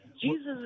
Jesus